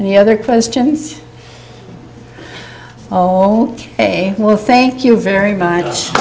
and the other questions oh ok well thank you very much